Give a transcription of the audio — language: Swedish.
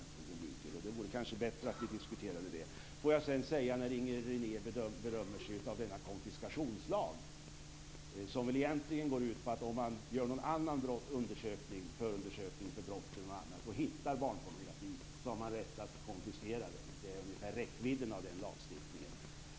Det vore kanske bättre att vi diskuterade detta. Inger René berömmer sig av konfiskationslagen, som egentligen går ut på att om man gör en annan förundersökning om brott och hittar barnpornografi så har man rätt att konfiskera det. Det är ungefär räckvidden av den lagstiftningen.